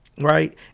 Right